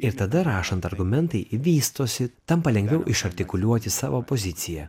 ir tada rašant argumentai vystosi tampa lengviau iš artikuliuoti savo poziciją